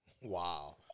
Wow